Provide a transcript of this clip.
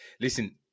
listen